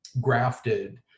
grafted